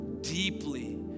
deeply